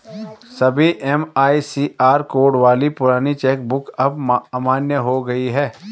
सभी MICR code वाली पुरानी चेक बुक अब अमान्य हो गयी है